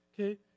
Okay